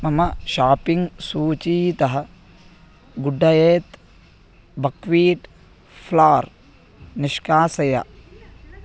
मम शाप्पिङ्ग् सूचीतः good diet buckwheat flour निष्कासय